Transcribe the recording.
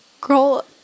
girl